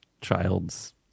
child's